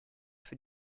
für